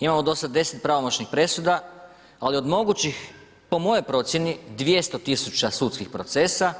Imamo do sada 10 pravomoćnih presuda ali od mogućih po mojoj procjeni 200 tisuća sudskih procesa